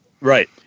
Right